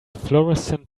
florescent